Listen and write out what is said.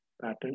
pattern